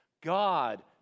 God